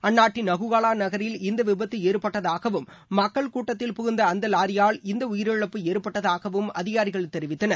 அந்நாட்டின் நகுவா நகரில் இந்த விபத்து ஏற்பட்டதாகவும் மக்கள் கூட்டத்தில் புகுந்த அந்த வாரியால் இந்த உயிரிழப்பு ஏற்பட்டதாகவும் அதிகாரிகள் தெரிவித்தனர்